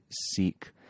seek